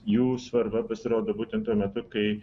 jų svarbą pasirodo būtent tuo metu kai